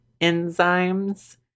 enzymes